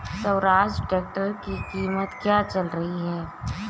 Swaraj tractor की कीमत क्या चल रही है?